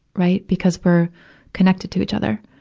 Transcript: right, because we're connected to each other.